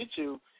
YouTube